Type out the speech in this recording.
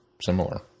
similar